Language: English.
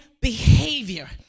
behavior